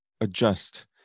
adjust